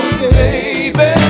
baby